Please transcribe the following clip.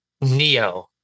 Neo